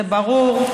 זה ברור,